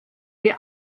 die